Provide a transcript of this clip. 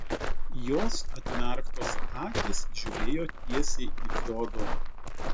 jos atmerktos akys žiūrėjo tiesiai į fiodorą